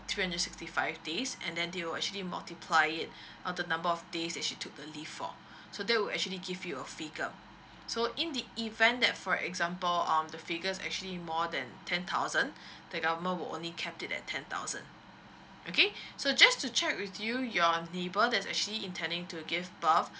three hundred sixty five days and then they will actually multiply it on the number of days that she took the leaves for so that will actually give you a figure so in the event that for example um the figure is actually more than ten thousand the government will only capped it at ten thousand okay so just to check with you your neighbour that is actually intending to give birth